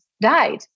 died